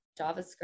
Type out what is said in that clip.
JavaScript